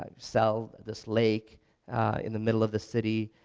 um sell this lake in the middle of the city,